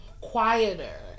quieter